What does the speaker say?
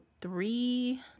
three